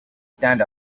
stand